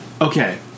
okay